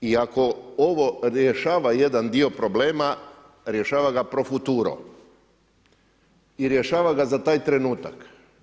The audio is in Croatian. I ako ovo rješava jedan dio problema rješava ga profuturo i rješava ga za taj trenutak.